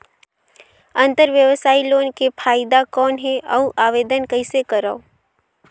अंतरव्यवसायी लोन के फाइदा कौन हे? अउ आवेदन कइसे करव?